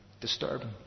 disturbing